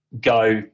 go